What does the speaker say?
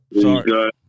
sorry